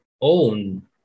own